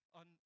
on